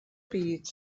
byd